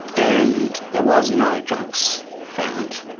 and there was no drugs found,